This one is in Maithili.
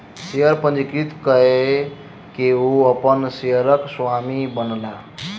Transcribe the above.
शेयर पंजीकृत कय के ओ अपन शेयरक स्वामी बनला